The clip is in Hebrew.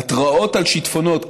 ההתראות על שיטפונות,